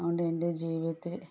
അഉണ്ട് എൻ്റെ ജീവിതത്തിൽ